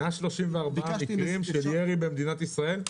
134 מקרים של ירי במדינת ישראל?